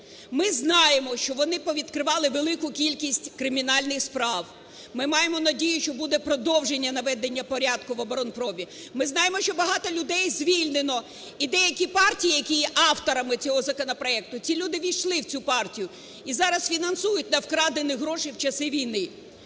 Ми знаємо, що вони повідкривали велику кількість кримінальних справ. Ми маємо надію, що буде продовження наведення порядку в оборонпромі. Ми знаємо, що багато людей звільнено, і деякі партії, які є авторами цього законопроекту, ці люди ввійшли в цю партію і зараз фінансують на вкрадені гроші в часи війни.